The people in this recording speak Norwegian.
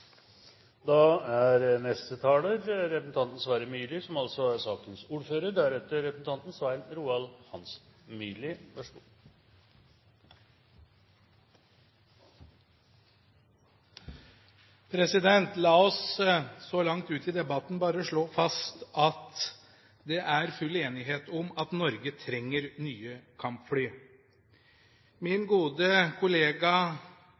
da vil være i stand til å komme i gang med byggingen allerede til høsten. La oss så langt ut i debatten bare slå fast at det er full enighet om at Norge trenger nye kampfly. Min gode kollega